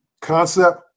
concept